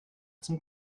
zum